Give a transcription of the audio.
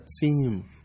team